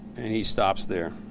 and he stops there.